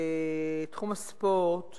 בתחום הספורט